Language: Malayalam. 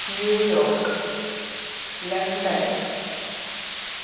New York London